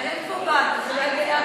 ההצעה להעביר את הנושא לוועדה